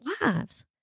lives